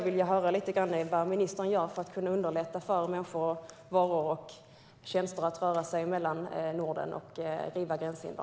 Vad gör ministern för att underlätta för människor, varor och tjänster att röra sig mellan länderna i Norden och för att riva gränshinder?